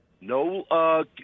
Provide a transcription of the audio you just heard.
No